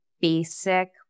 basic